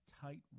tight